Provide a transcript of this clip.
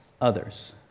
others